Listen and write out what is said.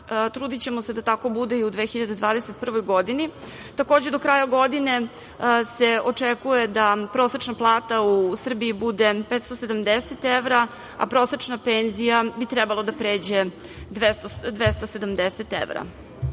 Trudićemo se da tako bude i u 2021. godini. Takođe, do kraja godine se očekuje da prosečna plata u Srbiji bude 570 evra, a prosečna penzija bi trebalo da pređe 270 evra.U